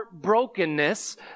heartbrokenness